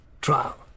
trial